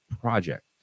project